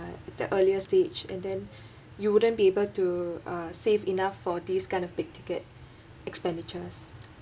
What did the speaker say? the earliest stage and then you wouldn't be able to uh save enough for these kind of big ticket expenditures